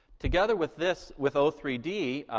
together with this, with o three d,